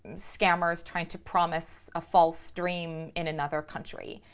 scammers trying to promise a false stream in another country.